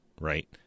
right